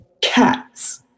cats